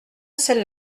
celle